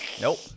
Nope